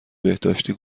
بهداشتی